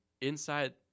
inside